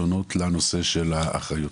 פתרונות לנושא האחריות.